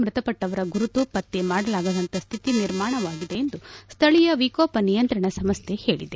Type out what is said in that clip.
ಮೃತಪಟ್ಟವರ ಗುರುತು ಪತ್ತೆ ಮಾಡಲಾಗದಂತಹ ಸ್ಥಿತಿ ನಿರ್ಮಾಣವಾಗಿದೆ ಎಂದು ಸ್ಥಳೀಯ ವಿಕೋಪ ನಿಯಂತ್ರಣ ಸಂಸ್ಥೆ ಹೇಳಿದೆ